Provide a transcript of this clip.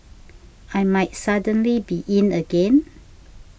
I might suddenly be in again